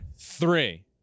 three